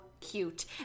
cute